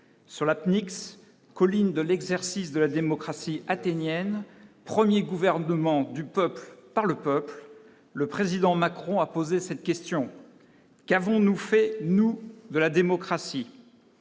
sur la Pnyx Colin, de l'exercice de la démocratie athénienne 1er, gouvernement du peuple par le peuple, le président Macron à poser cette question : qu'avons-nous fait nous de la démocratie,